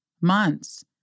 months